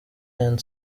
and